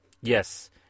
Yes